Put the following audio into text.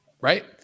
Right